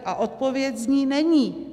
A odpověď zní: Není.